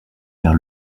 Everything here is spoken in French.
vers